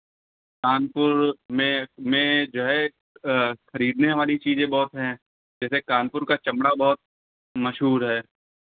कानपुर में में जो है खरीदने वाली चीज़ें बहुत हैं जैसे कानपुर का चमड़ा बहुत मशहूर है